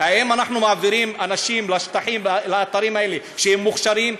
האם אנחנו מעבירים לאתרים האלה אנשים שהם מוכשרים,